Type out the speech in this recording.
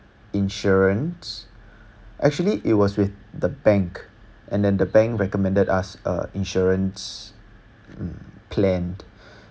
insurance actually it was with the bank and then the bank recommended us a insurance plan